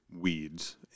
weeds